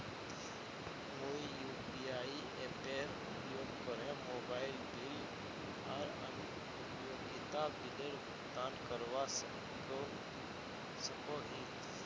मुई यू.पी.आई एपेर उपयोग करे मोबाइल बिल आर अन्य उपयोगिता बिलेर भुगतान करवा सको ही